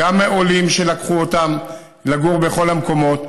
גם עולים שלקחו אותם לגור בכל המקומות.